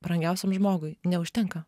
brangiausiam žmogui neužtenka